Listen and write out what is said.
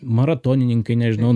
maratonininkai nežinau